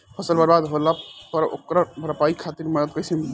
फसल बर्बाद होला पर ओकर भरपाई खातिर मदद कइसे मिली?